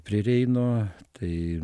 prie reino tai